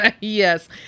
Yes